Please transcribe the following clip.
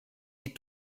die